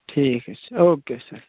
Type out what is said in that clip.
ٹھیٖک حظ چھُ او کے سَر